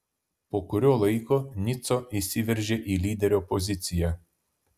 po kurio laiko nico įsiveržė į lyderio poziciją